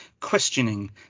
questioning